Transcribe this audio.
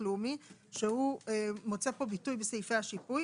לאומי שהוא מוצא פה ביטוי בסעיפי השיפוי.